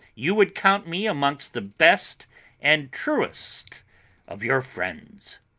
you would count me amongst the best and truest of your friends.